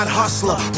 hustler